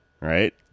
right